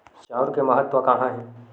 चांउर के महत्व कहां हे?